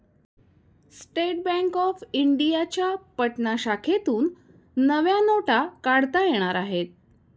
state Bank of इंडियाच्या पटना शाखेतून नव्या नोटा काढता येणार आहेत